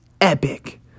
epic